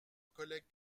collègue